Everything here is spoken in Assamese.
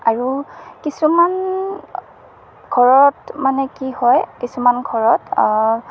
আৰু কিছুমান ঘৰত মানে কি হয় কিছুমান ঘৰত